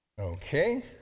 Okay